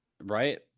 Right